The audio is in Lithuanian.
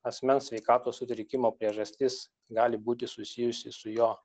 asmens sveikatos sutrikimo priežastis gali būti susijusi su jo